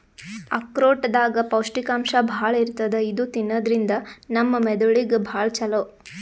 ಆಕ್ರೋಟ್ ದಾಗ್ ಪೌಷ್ಟಿಕಾಂಶ್ ಭಾಳ್ ಇರ್ತದ್ ಇದು ತಿನ್ನದ್ರಿನ್ದ ನಮ್ ಮೆದಳಿಗ್ ಭಾಳ್ ಛಲೋ